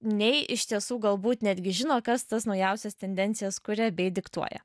nei iš tiesų galbūt netgi žino kas tas naujausias tendencijas kuria bei diktuoja